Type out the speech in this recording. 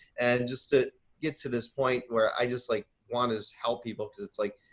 and just to get to this point where i just like want is help people. cause it's like,